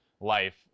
life